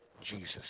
Jesus